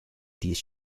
these